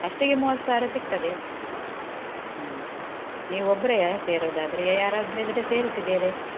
ಫಸ್ಟಿಗೆ ಮೂವತ್ತು ಸಾವಿರ ಸಿಗ್ತದೆ ಹ್ಞೂ ನೀವು ಒಬ್ರೆಯ ಸೇರೋದಾದರೆ ಯಾರಾದರು ಇದ್ರೆ ಸೇರಿಸಿ ಬೇರೆ